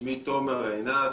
שמי תומר עינת,